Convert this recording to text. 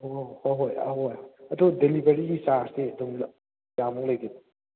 ꯑꯣ ꯍꯣꯏ ꯍꯣꯏ ꯑꯍꯣꯏ ꯑꯗꯣ ꯗꯦꯂꯤꯕꯔꯤꯒꯤ ꯆꯥꯔꯖꯇꯤ ꯑꯗꯨꯝ ꯀꯌꯥꯃꯨꯛ ꯂꯩꯒꯦ